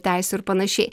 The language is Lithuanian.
teisių ir panašiai